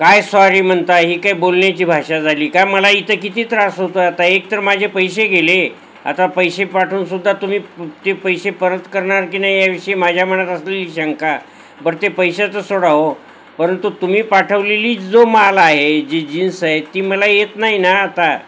काय स्वारी म्हणता ही काय बोलण्याची भाषा झाली का मला इथं किती त्रास होतो आता एक तर माझे पैसं गेले आता पैसे पाठवूनसुद्धा तुम्ही ते पैसे परत करणार की नाही याविषयी माझ्या मनात असलेली शंका बर ते पैशाचं सोडा हो परंतु तुम्ही पाठवलेली जो माल आहे जी जीन्स आहे ती मला येत नाही ना आता